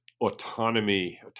autonomy